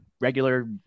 regular